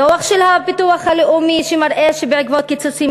הדוח של הביטוח הלאומי שמראה שבעקבות קיצוצים